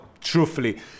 truthfully